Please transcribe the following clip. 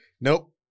Nope